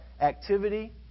activity